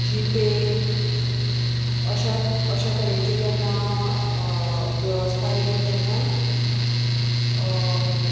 GPay अशा अश्या तरेचे जेन्ना वेवस्था येयली तेन्ना